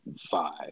five